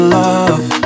love